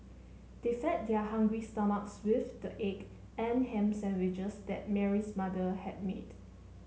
they fed their hungry stomachs with the egg and ham sandwiches that Mary's mother had made